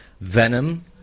Venom